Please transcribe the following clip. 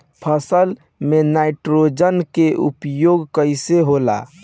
फसल में नाइट्रोजन के उपयोग कइसे होला?